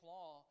Law